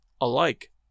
alike